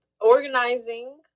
organizing